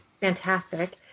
fantastic